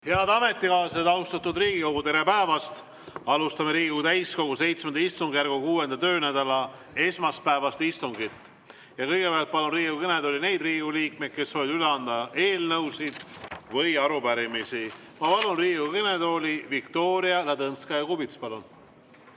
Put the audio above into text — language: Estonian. Head ametikaaslased, austatud Riigikogu! Tere päevast! Alustame Riigikogu täiskogu VII istungjärgu 6. töönädala esmaspäevast istungit. Kõigepealt palun Riigikogu kõnetooli neid Riigikogu liikmeid, kes soovivad üle anda eelnõusid või arupärimisi. Ma palun Riigikogu kõnetooli Viktoria Ladõnskaja-Kubitsa.